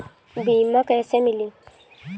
बीमा कैसे मिली?